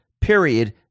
period